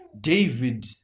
David